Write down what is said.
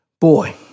Boy